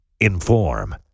inform